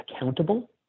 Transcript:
accountable